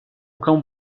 cão